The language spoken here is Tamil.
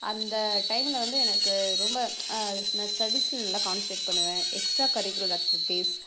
அந்த டைமில் வந்து எனக்கு ரொம்ப நான் ஸ்டடீசில் நல்லா கான்செண்ட்ரேட் பண்ணுவேன் எக்ஸ்ட்ரா கரிகுலர் ஆக்ட்டிவிட்டிஸ்